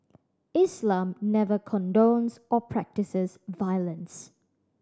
Islam never condones or practises violence